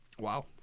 Wow